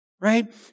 right